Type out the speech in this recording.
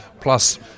plus